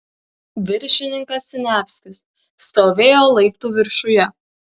viršininkas siniavskis stovėjo laiptų viršuje